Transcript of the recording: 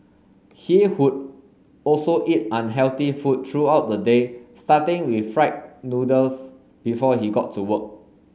he would also eat unhealthy food throughout the day starting with fried noodles before he got to work